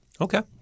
Okay